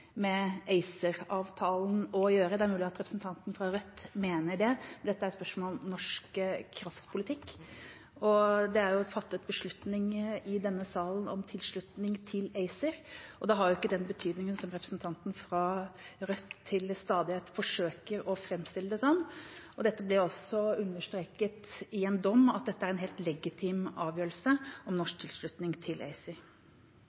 med ACER-avtalen å gjøre. Det er mulig at representanten fra Rødt mener det, men dette er et spørsmål om norsk kraftpolitikk. Det er fattet en beslutning i denne salen om tilslutning til ACER, og det har ikke den betydningen som representanten fra Rødt til stadighet forsøker å framstille det som. Det ble også understreket i en dom at dette er en helt legitim avgjørelse om